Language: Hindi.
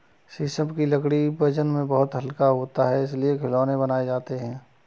शीशम की लकड़ी वजन में बहुत हल्का होता है इससे खिलौने बनाये जाते है